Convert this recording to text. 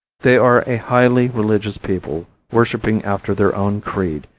they are a highly religious people worshiping after their own creed,